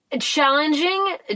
Challenging